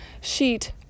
sheet